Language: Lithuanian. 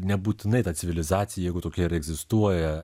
nebūtinai ta civilizacija jeigu tokia ir egzistuoja